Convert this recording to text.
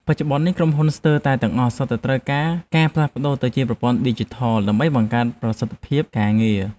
បច្ចុប្បន្ននេះក្រុមហ៊ុនស្ទើរតែទាំងអស់សុទ្ធតែត្រូវការការផ្លាស់ប្តូរទៅជាប្រព័ន្ធឌីជីថលដើម្បីបង្កើនប្រសិទ្ធភាពការងារ។